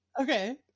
Okay